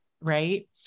Right